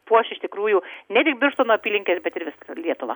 puoš iš tikrųjų ne tik birštono apylinkes bet ir vis ir lietuvą